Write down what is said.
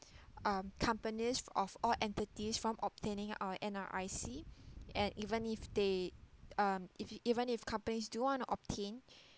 um companies of all entities from obtaining our N_R_I_C and even if they um if even if companies do want to obtain